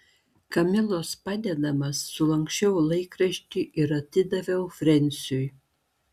kamilos padedamas sulanksčiau laikraštį ir atidaviau frensiui